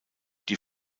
die